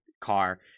car